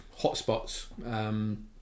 hotspots